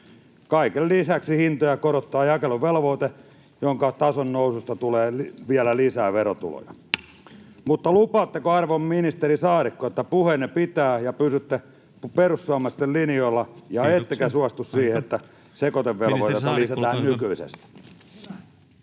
Kaiken lisäksi hintoja korottaa jakeluvelvoite, jonka tason noususta tulee vielä lisää verotuloja. Lupaatteko, arvon ministeri Saarikko, että puheenne pitää ja pysytte perussuomalaisten linjoilla ettekä suostu siihen, [Puhemies: Kiitoksia, aika!] että sekoitevelvoitetta lisätään nykyisestä?